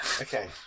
okay